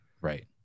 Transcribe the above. Right